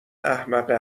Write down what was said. احمقه